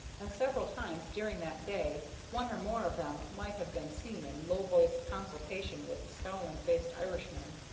and several times during that day one or more of them might have been seen in low-voiced consultation with the scowling-faced irishman.